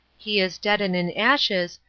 he is dead and in ashes,